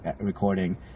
recording